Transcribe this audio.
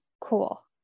Cool